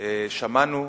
שמענו,